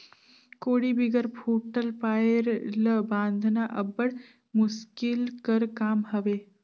कोड़ी बिगर फूटल पाएर ल बाधना अब्बड़ मुसकिल कर काम हवे